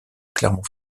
clermont